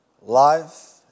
life